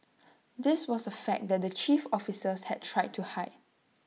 this was A fact that the chief officers had tried to hide